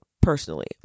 personally